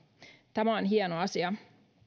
tämä on hieno asia